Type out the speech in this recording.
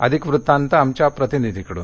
अधिक वृत्तांत आमच्या प्रतिनिधीकडून